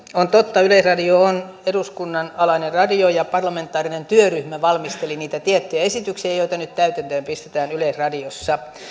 on totta että yleisradio on eduskunnan alainen radio ja parlamentaarinen työryhmä valmisteli niitä tiettyjä esityksiä joita nyt täytäntöön pistetään yleisradiossa